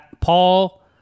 Paul